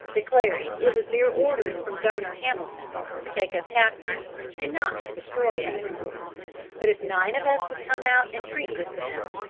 declaring it was their orders from governor hamilton to take us captives, and not to destroy us but if nine of us would come out and treat with them,